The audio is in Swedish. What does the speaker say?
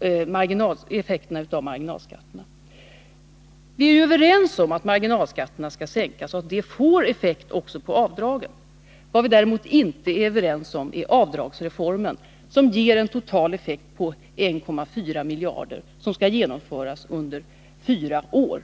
effekterna av marginalskatteförändringarna. Vi är överens om att marginalskatterna skall sänkas och att det får effekter också på avdragen. Vad vi däremot inte är överens om är avdragsreformen, som ger en total effekt på 1,4 miljarder. Och den reformen skall genomföras under fyra år.